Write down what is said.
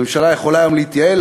הממשלה יכולה היום להתייעל,